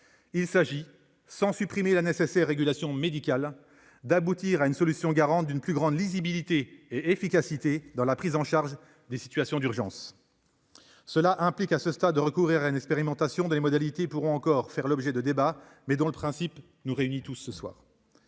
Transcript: Il s'agit, sans supprimer la nécessaire régulation médicale, d'aboutir à une solution garante d'une plus grande lisibilité et d'une meilleure efficacité dans la prise en charge des situations d'urgence. Cela implique de recourir à une expérimentation, dont les modalités pourront encore faire l'objet de débat, mais dont le principe nous réunit. C'est